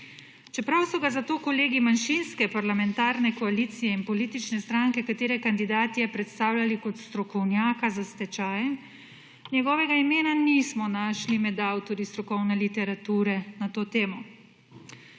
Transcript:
Čeprav so ga zato kolegi manjšinske parlamentarne koalicije in politične stranke, katere kandidat je, predstavljali kot strokovnjaka za stečaj, njegovega imena nismo našli med avtorji strokovne literature na to temo.